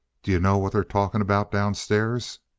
d'you know what they're talking about downstairs?